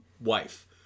wife